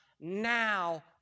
now